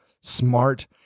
smart